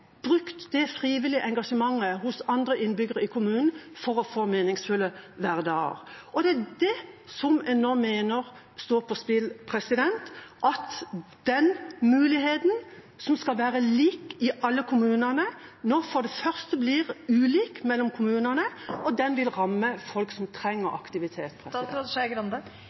brukt det frivillige engasjementet til andre innbyggere i kommunen for å få meningsfulle hverdager. Og det er dét som en nå mener står på spill, at den muligheten som skal være lik i alle kommunene, nå for det første blir ulik mellom kommunene, og den vil ramme folk som trenger aktivitet.